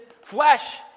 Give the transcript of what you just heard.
flesh